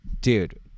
dude